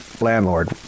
landlord